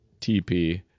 tp